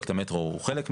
פרויקט המטרו הוא חלק מזה,